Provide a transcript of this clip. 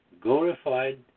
glorified